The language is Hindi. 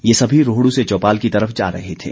ये सभी रोहडू से चौपाल की तरफ जा रहे थे